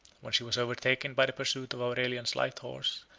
when she was overtaken by the pursuit of aurelian's light horse,